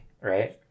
right